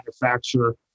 manufacturer